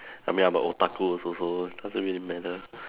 I mean I'm a otaku also so doesn't really matter